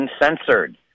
uncensored